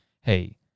hey